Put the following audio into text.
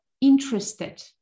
interested